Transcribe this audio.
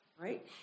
right